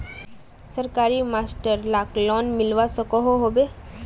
सरकारी मास्टर लाक लोन मिलवा सकोहो होबे?